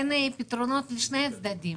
זה ייתן פתרונות לשני הצדדים.